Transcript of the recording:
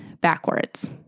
backwards